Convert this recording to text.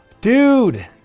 Dude